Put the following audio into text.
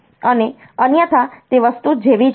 અને અન્યથા તે વસ્તુ જેવી જ છે